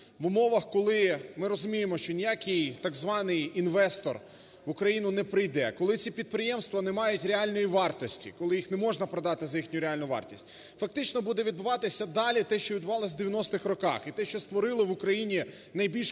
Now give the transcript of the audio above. в умовах, коли ми розуміємо, що ніяких так званий інвестор в Україну не прийде, коли ці підприємства не мають реальної вартості, коли їх не можна продати за їхню реальну вартість, фактично буде відбуватися далі те, що відбувалося в 90-х роках і те, що створило в України і найбільш